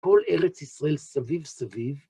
כל ארץ ישראל סביב סביב.